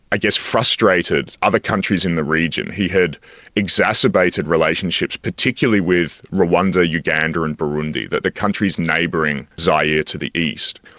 i guess, frustrated other countries in the region. he had exacerbated relationships, particularly with rwanda, uganda and burundi the countries neighbouring zaire to the east.